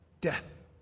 death